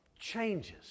changes